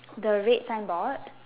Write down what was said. the red signboard